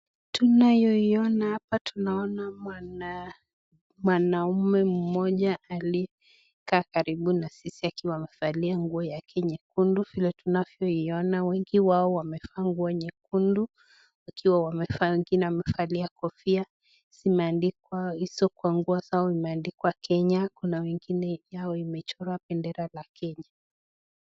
Tunaona hapa tunaona mwanaume moja alikaa karibu na sisi akifaa nguo nyekundu vile tunayoiyona wengi wao wamevaa nguo nyekundu wakiwa wamefaa wengine wamevaa kofia imeandikwa Kenya Kuna wengine wamevaa imechorwaa bendera ya Kenya.